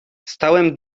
stałem